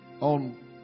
on